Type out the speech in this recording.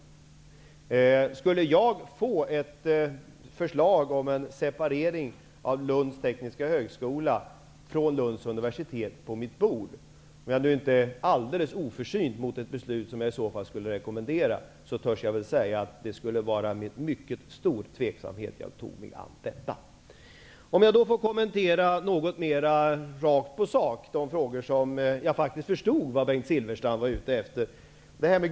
Vad gäller frågan om jag skulle få ett förslag om en separering av Lunds tekniska högskola från Lunds universitet på mitt bord, törs jag väl säga -- jag tror inte att jag är alldeles oförsynt mot det beslut som jag i så fall skulle rekommendera -- att jag med mycket stor tveksamhet skulle ta mig an detta. Låt mig också kommentera mera rakt på sak de frågor som jag faktiskt förstod att Bengt Silfverstrand syftade på.